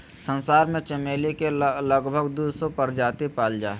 संसार में चमेली के लगभग दू सौ प्रजाति पाल जा हइ